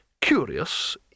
curious